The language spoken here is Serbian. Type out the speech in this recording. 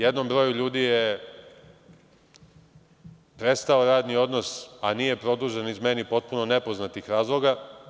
Jednom broju ljudi je prestao radni odnos, a nije produžen, iz meni potpuno nepoznatih razloga.